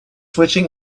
switching